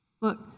Look